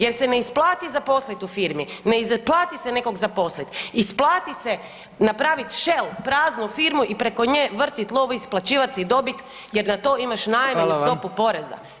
Jer se ne isplati zaposliti u firmi, ne isplati se nekog zaposliti, isplati se napraviti shell, praznu firmu i preko nje vrtit lovu, isplaćivati si dobit jer na to imaš najmanju [[Upadica: Hvala vam.]] stopu poreza.